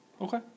Okay